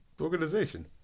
organization